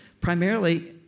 primarily